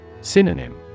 Synonym